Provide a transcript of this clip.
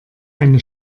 eine